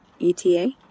ETA